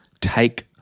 take –